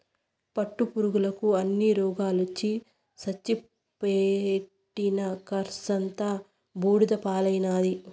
పట్టుపురుగుల అన్ని రోగాలొచ్చి సచ్చి పెట్టిన కర్సంతా బూడిద పాలైనాది